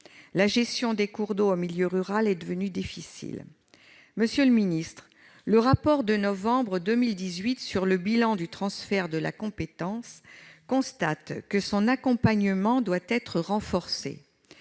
La gestion des cours d'eau en milieu rural est devenue difficile. Monsieur le ministre, le rapport de novembre 2018 sur le bilan du transfert de la compétence constate que son accompagnement doit être renforcé.